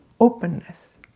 openness